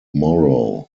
morrow